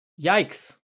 Yikes